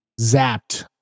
zapped